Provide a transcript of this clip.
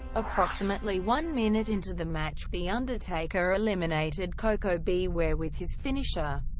approximately one minute into the match, the undertaker eliminated koko b. ware with his finisher,